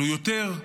עלו יותר.